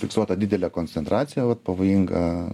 fiksuota didelė koncentracija vat pavojinga